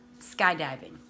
skydiving